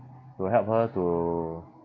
to help her to